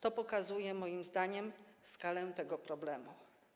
To pokazuje moim zdaniem skalę tego problemu.